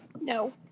No